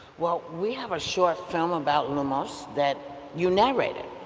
well, we have a short film about lumos that you narrate it,